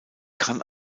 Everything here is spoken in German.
kann